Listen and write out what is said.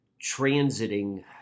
transiting